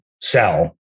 sell